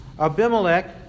Abimelech